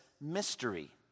mystery